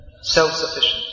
self-sufficient